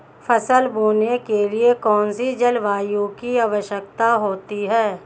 फसल बोने के लिए कौन सी जलवायु की आवश्यकता होती है?